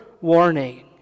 warning